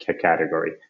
category